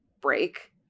break